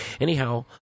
Anyhow